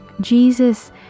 jesus